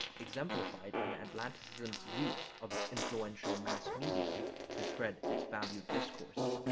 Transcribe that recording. exemplified in atlanticism's use of its influential mass media to spread its value discourse.